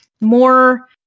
More